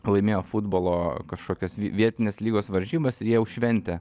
laimėjo futbolo kažkokias vie vietinės lygos varžybas ir jie jau šventė